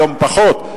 היום פחות,